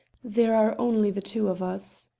there are only the two of us.